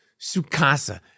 Sukasa